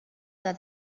that